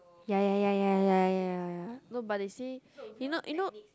ya ya ya ya ya ya ya no but they say you know you know